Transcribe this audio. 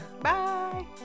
Bye